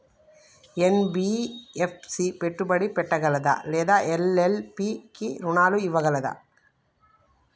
NBFC పెట్టుబడి పెట్టగలదా లేదా ఎల్.ఎల్.పి కి రుణాలు ఇవ్వగలదా?